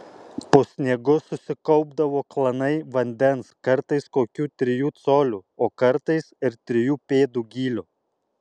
po sniegu susikaupdavo klanai vandens kartais kokių trijų colių o kartais ir trijų pėdų gylio